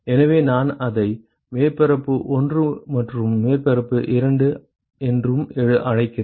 எனவே நான் அதை மேற்பரப்பு 1 மற்றும் மேற்பரப்பு 2 என்று அழைக்கிறேன்